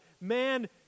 man